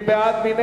מי בעד?